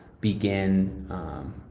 begin